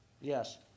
yes